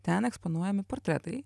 ten eksponuojami portretai